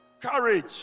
Courage